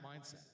mindset